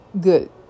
good